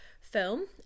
film